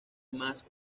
más